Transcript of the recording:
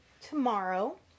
tomorrow